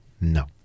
No